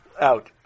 out